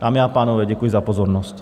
Dámy a pánové, děkuji za pozornost.